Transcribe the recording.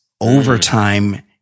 overtime